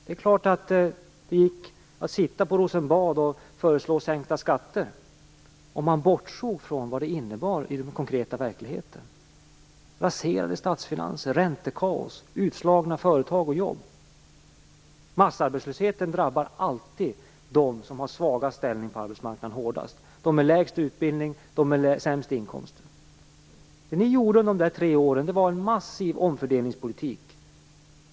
Det är klart att det gick att sitta i Rosenbad och föreslå sänkta skatter om man bortsåg från vad det innebar i den konkreta verkligheten - raserade statsfinanser, räntekaos, utslagna företag och jobb. Massarbetslösheten drabbar alltid hårdast dem som har svagast ställning på arbetsmarknaden, dvs. de som har lägst utbildning och de som har sämst inkomster. Det som ni åstadkom under dessa tre år var en massiv omfördelningspolitik.